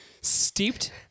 steeped